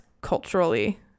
culturally